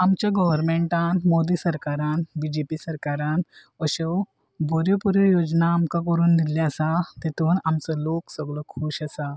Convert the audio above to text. आमचे गव्हरमेंटान मोदी सरकारान बी जे पी सरकारान अश्यो बऱ्यो बऱ्यो योजना आमकां करून दिल्ल्यो आसा तेतून आमचो लोक सगळो खूश आसा